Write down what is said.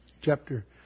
Chapter